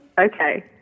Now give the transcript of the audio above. okay